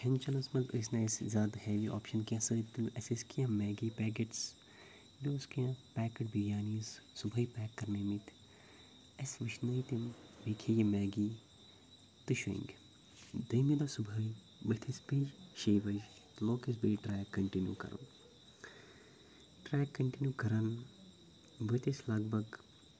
کھِٮ۪ن چٮ۪نَس منٛز ٲسۍ نہٕ اسہِ زیادٕ اوپشن سۭتۍ کینٛہہ اسہِ ٲسۍ کینٛہہ میگی پیٚکٮ۪ٹٕس بییہِ اوس کینٛہہ پیکٕڈ بِریانیٖز صُبحٕے پیٚک کَرنٲیمٕتۍ اَسہِ وٕشنٲے تِم بییہِ کھِٮ۪ے یہِ میگی تہٕ شٕنٛگۍ دوٚیِمہِ دۄہ صُبحٕے وٕتھۍ أسۍ بییہِ شٮ۪یہِ بَجہِ لوٚگ اسہِ بییہِ ٹرٛیک کَنٹِنیوٗ کَرُن ٹرٛیک کَنٹِنیوٗ کَران وٲتۍ أسۍ لَگ بگ